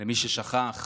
למי ששכח.